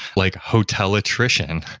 like hotel attrition.